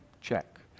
Check